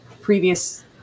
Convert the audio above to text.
previous